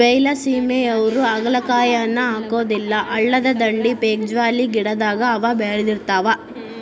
ಬೈಲಸೇಮಿಯವ್ರು ಹಾಗಲಕಾಯಿಯನ್ನಾ ಹಾಕುದಿಲ್ಲಾ ಹಳ್ಳದ ದಂಡಿ, ಪೇಕ್ಜಾಲಿ ಗಿಡದಾಗ ಅವ ಬೇಳದಿರ್ತಾವ